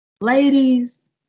Ladies